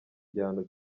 igihano